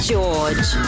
George